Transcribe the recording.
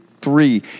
three